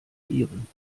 kreieren